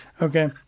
okay